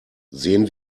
sehen